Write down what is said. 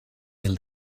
mil